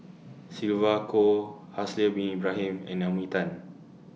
Sylvia Kho Haslir Bin Ibrahim and Naomi Tan